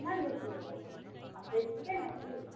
कितना लीजीएगा आप बेचते हैं जी